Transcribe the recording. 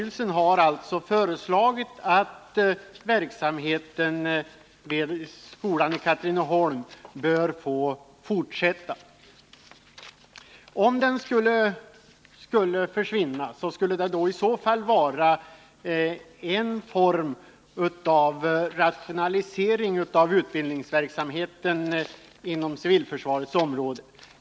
En orsak till att avveckla utbildningsverksamheten skulle vara att man ville rationalisera inom civilförsvarets område.